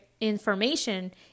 information